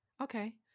Okay